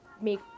make